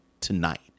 tonight